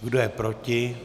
Kdo je proti?